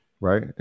Right